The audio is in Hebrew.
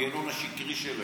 מהמנגנון השקרי שלהם.